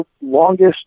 longest